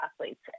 athletes